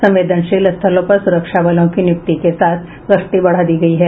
संवेदनशील स्थलों पर सुरक्षा बलों की नियुक्ति के साथ गश्ती बढ़ा दी गयी है